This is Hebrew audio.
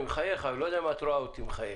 אני מחייך, אני לא יודע אם את רואה אותי מחייך,